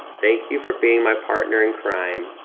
thank you for being my partner in crime,